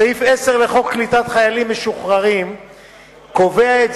סעיף 10 לחוק קליטת חיילים משוחררים קובע את